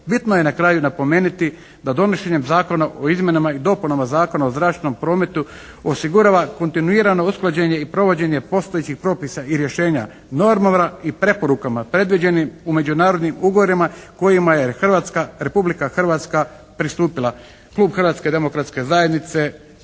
Bitno je na kraju napomenuti da donošenjem Zakona o izmjenama i dopunama Zakona o zračnom prometu osigurava kontinuirano usklađenje i provođenje postojećih propisa i rješenja, normama i preporukama predviđenim u međunarodnim ugovorima kojima je Republika Hrvatska pristupila. Klub Hrvatske demokratske zajednice